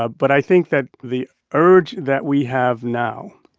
ah but i think that the urge that we have now,